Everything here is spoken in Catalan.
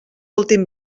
últim